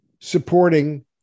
supporting